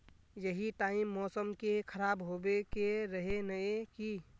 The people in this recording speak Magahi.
यही टाइम मौसम के खराब होबे के रहे नय की?